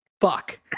Fuck